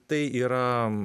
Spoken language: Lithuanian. tai yra